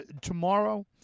tomorrow